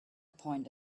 point